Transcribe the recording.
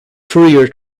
fourier